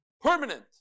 permanent